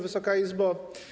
Wysoka Izbo!